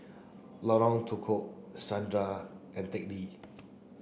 Lorong Tukol and Teck Lee